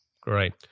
Great